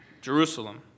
Jerusalem